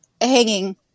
hanging